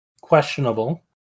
questionable